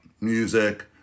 music